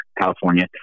California